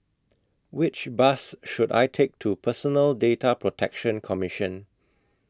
Which Bus should I Take to Personal Data Protection Commission